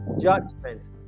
judgment